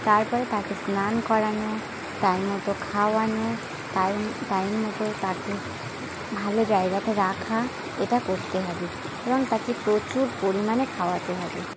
তারপরে তাকে স্নান করানো টাইম মতো খাওয়ানো টাইম টাইম মতো তাকে ভালো জায়গাতে রাখা এটা করতে হবে এবং তাকে প্রচুর পরিমাণে খাওয়াতে হবে